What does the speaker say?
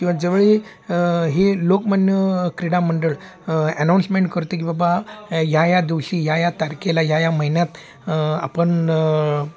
किंवा जवळी हे लोकमान्य क्रीडामंडळ एनाऊन्समेंट करते की बाबा या या दिवशी या या तारखेला या या महिन्यात आपण